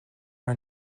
are